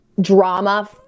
drama